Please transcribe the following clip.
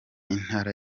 intara